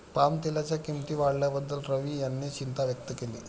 पामतेलाच्या किंमती वाढल्याबद्दल रवी यांनी चिंता व्यक्त केली